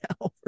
now